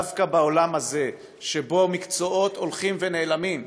דווקא בעולם הזה שבו מקצועות הולכים ונעלמים.